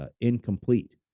incomplete